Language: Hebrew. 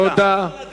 תודה.